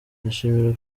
ashimira